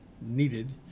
needed